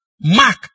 Mark